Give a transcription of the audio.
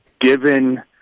given –